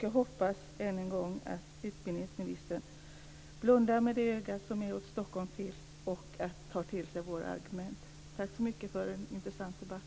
Jag hoppas än en gång att utbildningsministern blundar med det öga som är riktat mot Stockholm och tar till sig våra argument. Tack så mycket för en intressant debatt!